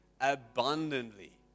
abundantly